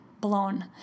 blown